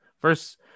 first